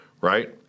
right